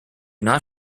not